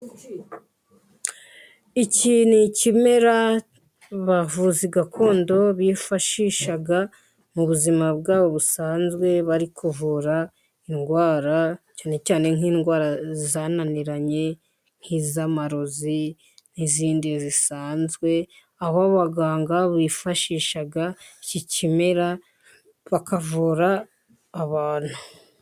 Iki ni ikimera abavuzi gakondo bifashisha mu buzima bwabo busanzwe bari kuvura indwara, cyane cyane nk'indwara zananiranye nk'iz'amarozi n'izindi zisanzwe, aho abaganga bifashisha iki kimera bakavura abantu.